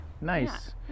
nice